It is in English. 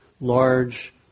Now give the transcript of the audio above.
large